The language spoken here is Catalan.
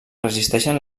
resisteixen